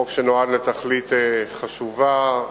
חוק שנועד לתכלית חשובה,